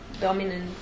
dominant